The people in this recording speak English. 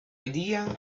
idea